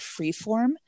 freeform